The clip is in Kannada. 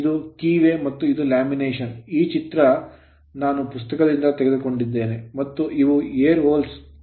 ಇದು keyway ಕೀವೇ ಮತ್ತು ಇದು lamination ಲ್ಯಾಮಿನೇಶನ್ ಈ ರೇಖಾಚಿತ್ರ ನಾನು ಪುಸ್ತಕದಿಂದ ತೆಗೆದುಕೊಂಡಿದ್ದೇನೆ ಮತ್ತು ಇವು air holes ಗಾಳಿಯ ರಂಧ್ರಗಳು